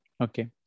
Okay